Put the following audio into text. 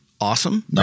awesome